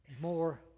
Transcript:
more